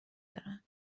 دارن